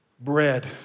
bread